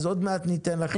אני אחכה, אין שום בעיה.